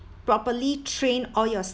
properly train all your